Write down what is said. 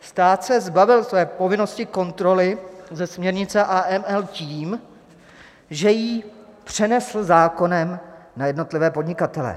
Stát se zbavil své povinnosti kontroly ze směrnice AML tím, že ji přenesl zákonem na jednotlivé podnikatele.